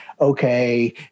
okay